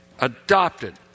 Adopted